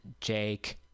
jake